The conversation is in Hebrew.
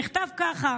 נכתב ככה: